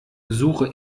suche